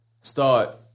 start